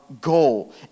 goal